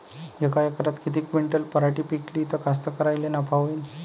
यका एकरात किती क्विंटल पराटी पिकली त कास्तकाराइले नफा होईन?